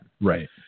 Right